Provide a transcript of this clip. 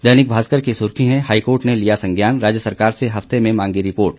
दैनिक भास्कर की सुर्खी है हाईकोर्ट ने लिया संज्ञान राज्य सरकार से हफ्ते में मांगी रिपोर्ट